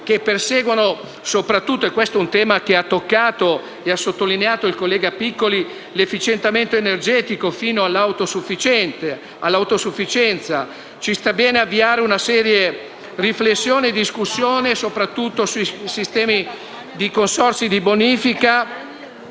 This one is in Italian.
che perseguono soprattutto - questo è un tema che ha sottolineato il collega Piccoli - l’efficientamento energetico fino all’autosufficienza. Ci sta bene avviare una seria riflessione e discussione sui sistemi di consorzi di bonifica,